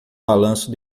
balanço